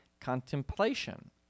contemplation